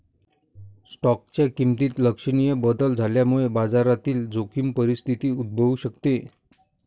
स्टॉकच्या किमतीत लक्षणीय बदल झाल्यामुळे बाजारातील जोखीम परिस्थिती उद्भवू शकते